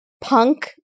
punk